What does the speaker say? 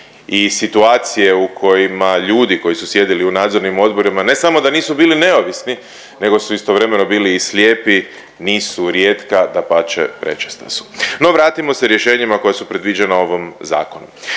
I situacije u kojima ljudi koji su sjedili u nadzornim odborima ne samo da nisu bili neovisni nego su istovremeno bili i slijepi, nisu rijetka dapače prečesta su. No vratimo se rješenjima koja su predviđena ovom zakonu.